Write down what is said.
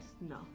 No